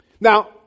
Now